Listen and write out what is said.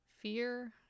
fear